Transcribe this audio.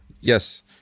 yes